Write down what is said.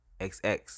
XX